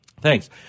Thanks